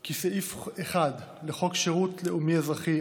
כי סעיף 1 לחוק שירות לאומי-אזרחי,